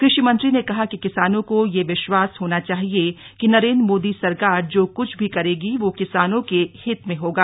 कृषि मंत्री ने कहा कि किसानों को यह विश्वास होना चाहिए कि नरेन्द्र मोदी सरकार जो कुछ भी करेगी वह किसानों के हित में होगा